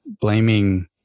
blaming